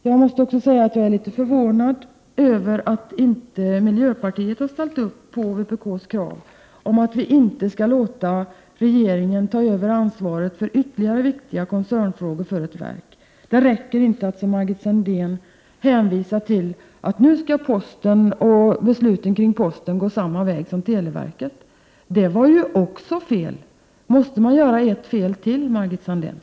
Jag måste säga att jagärlitet förvånad över att inte miljöpartiet har ställt upp på vpk:s krav att vi inte skall låta regeringen ta över ansvaret för ytterligare viktiga koncernfrågor för ett verk. Det räcker inte att, som Margit Sandéhn gör, hänvisa till att nu skall beslut fattas som gör att posten går samma väg som televerket. Det var ju fel. Måste man göra ett fel till, Margit Sandéhn?